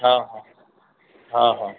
हा हा हा हा